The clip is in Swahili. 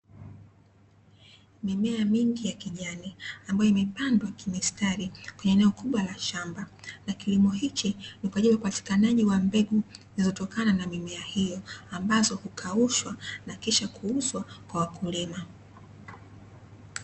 Mimea mingi ya kijani, ambayo imepandwa kimistari kwenye eneo kubwa la shamba la kilimo hiki kwa ajili ya upatikanaji wa mbegu zilizotokana na mimea hii, ambazo hukaushwa na kisha kuuzwa kwa wakulima.